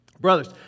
Brothers